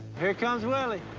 here comes willie.